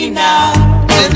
now